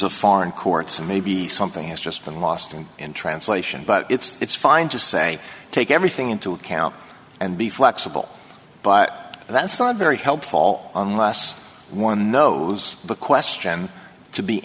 of foreign courts and maybe something has just been lost in translation but it's fine to say take everything into account and be flexible but that's not very helpful unless one knows the question to be